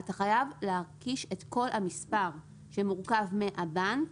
אתה חייב להקיש את כל המספר שמורכב מהבנק,